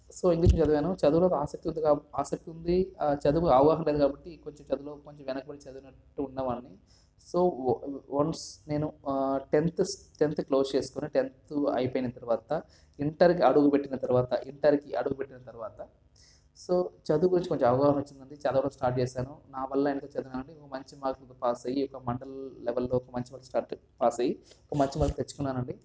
so English చదివాను చదువులో ఆసక్తి ఉంది ఆసక్తి ఉంది చదువు అవగాహన ఉండేది కాబట్టి ఇంటర్లో కొంచెం వెనకబడి చదివినట్టు ఉన్నవాన్ని సో వన్స్ నేను టెన్త్ టెన్త్ క్లోజ్ చేసుకుని టెన్త్ అయిపోయిన తర్వాత ఇంటర్కి అడుగుపెట్టిన తర్వాత ఇంటర్కి అడుగుపెట్టిన తర్వాత సో చదువు గురించి కొంచెం అవగాహన వచ్చింది అండి చాలావరకు స్టార్ట్ చేశాను నావల్ల ఎంత చదివానున్న చదివాను మంచి మార్కులతో పాస్ అయ్యి ఇంకా మండల్ లెవెల్లో మంచి మార్కులతో స్టార్ట్ పాస్ అయ్యి మంచి మార్కులు తెచ్చుకున్నాను అండి